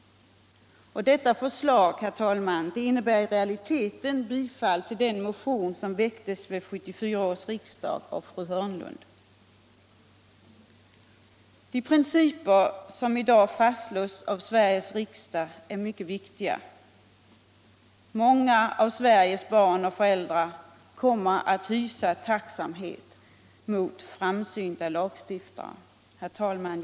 Detta förslag, herr talman, innebär i realiteten bifall till den motion som väcktes vid 1974 års riksdag av fru Hörnlund. De principer som i dag fastslås av Sveriges riksdag är mycket viktiga. Många av Sveriges barn och föräldrar kommer att hysa tacksamhet mot framsynta lagstiftare. Herr talman!